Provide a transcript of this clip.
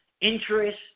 interest